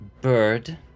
bird